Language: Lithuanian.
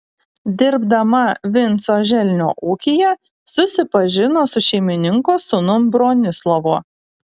dirbdama vinco želnio ūkyje susipažino su šeimininko sūnum bronislovu